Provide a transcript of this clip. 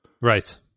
Right